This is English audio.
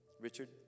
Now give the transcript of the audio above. Richard